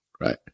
Right